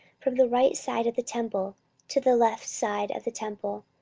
from the right side of the temple to the left side of the temple,